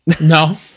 no